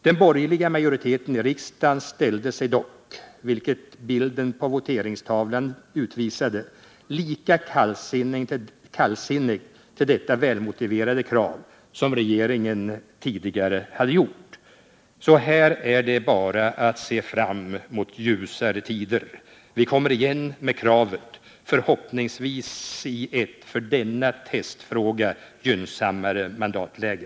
Den borgerliga majoriteten i riksdagen ställde sig dock, vilket bilden av voteringstavlan utvisade, lika kallsinnig till detta välmotiverade krav som regeringen tidigare hade gjort. Här är det bara att se fram emot ljusare tider. Vi kommer igen med kravet, förhoppningsvis i ett för denna testfråga gynnsammare mandatläge.